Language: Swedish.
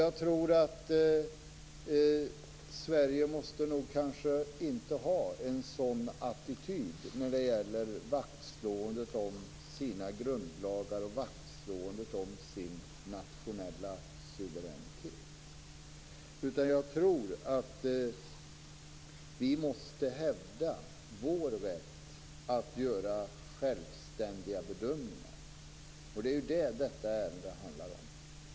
Jag tror att Sverige kanske inte skall ha en sådan attityd när det gäller vaktslåendet om sina grundlagar och vaktslåendet om sin nationella suveränitet. Jag tror att vi måste hävda vår rätt att göra självständiga bedömningar. Det är det som detta ärende handlar om.